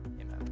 amen